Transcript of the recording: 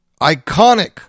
iconic